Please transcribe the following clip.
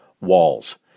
walls